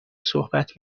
صحبت